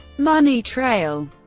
money trail